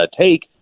take